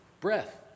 breath